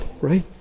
right